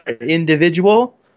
individual